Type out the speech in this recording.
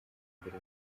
mbere